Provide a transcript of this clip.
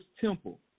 temple